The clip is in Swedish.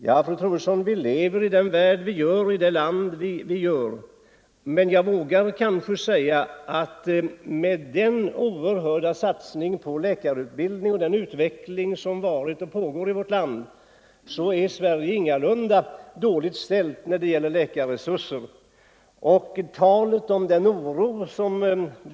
Ja, vi lever i den värld och det land där vi lever, men jag vågar säga att med den oerhörda satsning på läkarutbildningen och den allmänna utveckling på sjukvårdsområdet som pågått och pågår i vårt land är det ingalunda dåligt ställt i Sverige när det gäller sjukvården.